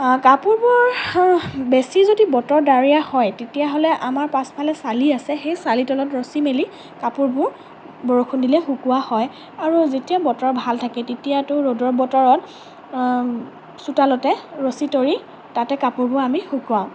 কাপোৰবোৰ বেছি যদি বতৰ ডাৱৰীয়া হয় তেতিয়াহ'লে আমাৰ পাছফালে চালি আছে সেই চালি তলত ৰচী মেলি কাপোৰবোৰ বৰষুণ দিলে শুকুওৱা হয় আৰু যেতিয়া বতৰ ভাল থাকে তেতিয়াতো ৰ'দৰ বতৰত চোতালতে ৰচী তৰি তাতে কাপোৰবোৰ আমি শুকুৱাওঁ